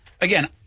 Again